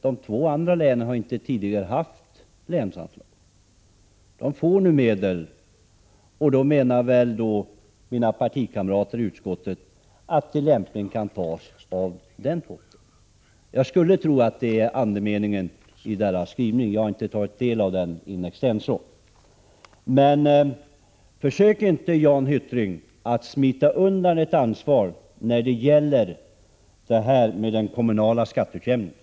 De två andra länen har tidigare inte haft länsanslag. De får nu medel, och då menar väl mina partikamrater i utskottet att pengar lämpligen kan tas av den potten. Jag skulle tro att det är andemeningen i deras skrivning. Jag har inte tagit del av den in extenso. Men försök inte, Jan Hyttring, att komma undan ert ansvar när det gäller den kommunala skatteutjämningen.